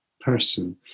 person